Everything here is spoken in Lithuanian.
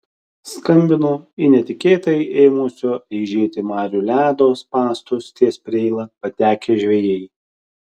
skambino į netikėtai ėmusio eižėti marių ledo spąstus ties preila patekę žvejai